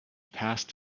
passed